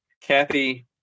kathy